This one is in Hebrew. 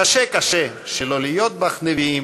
קשה קשה שלא להיות בך נביאים,